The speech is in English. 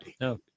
No